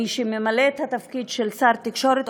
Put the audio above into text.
מי שממלא את התפקיד של שר תקשורת,